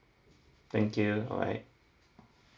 thank you bye bye